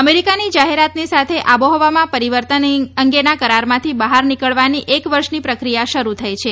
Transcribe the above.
અમેરીકાની જાહેરાતની સાથે આબોહવામાં પરિવર્તન અંગેના કરારમાંથી બહાર નીકળવાની એક વર્ષની પ્રક્રિયા શરૂ થઇ છે